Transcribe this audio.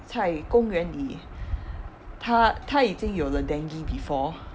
在公园里她她已经有了 dengue before